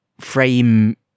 frame